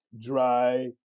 dry